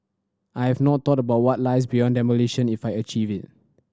I have not thought about what lies beyond demolition if I achieve it